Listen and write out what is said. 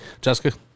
Jessica